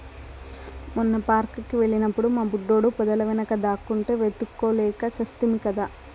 మొన్న పార్క్ కి వెళ్ళినప్పుడు మా బుడ్డోడు పొదల వెనుక దాక్కుంటే వెతుక్కోలేక చస్తిమి కదా